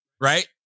Right